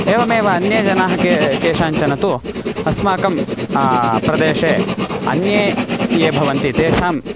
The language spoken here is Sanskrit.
एवमेव अन्ये जनाः के केषाञ्चन तु अस्माकं प्रदेशे अन्ये ये भवन्ति तेषां